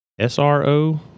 SRO